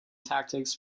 tactics